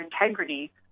integrity